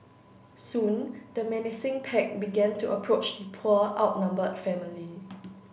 soon the menacing pack began to approach the poor outnumbered family